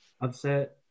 upset